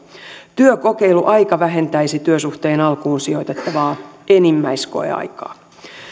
työkokeiluaika vähentäisi työsuhteen alkuun sijoitettavaa enimmäiskoeaikaa